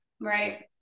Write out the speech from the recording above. Right